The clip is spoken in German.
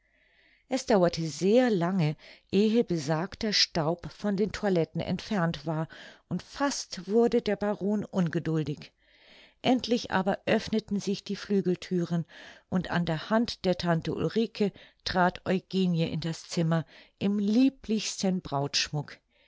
es dauerte sehr lange ehe besagter staub von den toiletten entfernt war und fast wurde der baron ungeduldig endlich aber öffneten sich die flügelthüren und an der hand der tante ulrike trat eugenie in das zimmer im lieblichsten brautschmuck